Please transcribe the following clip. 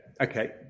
okay